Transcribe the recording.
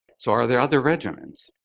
so are there other regimens?